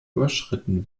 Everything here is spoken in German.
überschritten